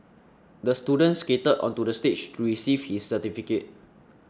the student skated onto the stage to receive his certificate